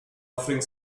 offering